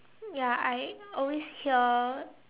ya I always hear